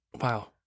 Wow